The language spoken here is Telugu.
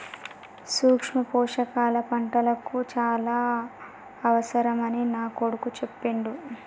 సూక్ష్మ పోషకాల పంటలకు చాల అవసరమని నా కొడుకు చెప్పిండు